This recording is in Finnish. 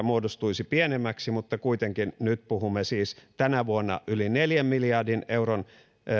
muodostuisi pienemmäksi mutta kuitenkin nyt puhumme siis tänä vuonna yli neljän miljardin euron